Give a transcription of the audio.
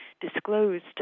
disclosed